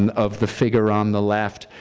and of the figure on the left,